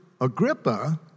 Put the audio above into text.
Agrippa